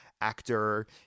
actor